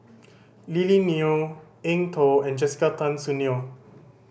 Lily Neo Eng Tow and Jessica Tan Soon Neo